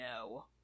no